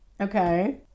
Okay